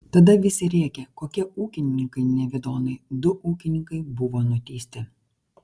tada visi rėkė kokie ūkininkai nevidonai du ūkininkai buvo nuteisti